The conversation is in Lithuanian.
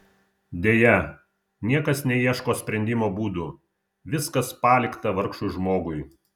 deja niekas neieško sprendimo būdų viskas palikta vargšui žmogui